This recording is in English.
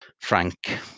Frank